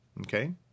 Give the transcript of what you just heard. Okay